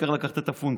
העיקר לקחת את הפונטים.